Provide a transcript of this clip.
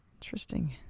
interesting